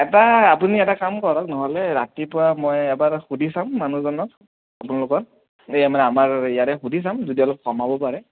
এটা আপুনি এটা কাম কৰক নহ'লে ৰাতিপুৱা মই এবাৰ সুধি চাম মানুহজনক আপোনালোকৰ এই আমাৰ আমাৰ ইয়াৰে সুধি চাম যদি অলপ কমাব পাৰে